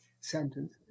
sentence